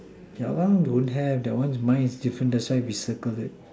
yeah don't have that one is mine is different that's why we circled it